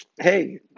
hey